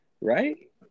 right